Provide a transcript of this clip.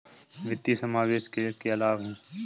वित्तीय समावेशन के क्या लाभ हैं?